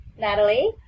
natalie